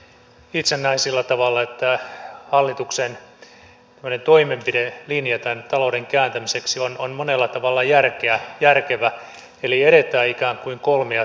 itse näen sillä tavalla että hallituksen toimenpidelinja tämän talouden kääntämiseksi on monella tavalla järkevä eli edetään ikään kuin kolmea tietä